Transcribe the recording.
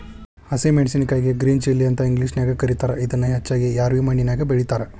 ಹಸಿ ಮೆನ್ಸಸಿನಕಾಯಿಗೆ green chilli ಅಂತ ಇಂಗ್ಲೇಷನ್ಯಾಗ ಕರೇತಾರ, ಇದನ್ನ ಹೆಚ್ಚಾಗಿ ರ್ಯಾವಿ ಮಣ್ಣಿನ್ಯಾಗ ಬೆಳೇತಾರ